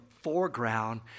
foreground